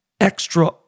extra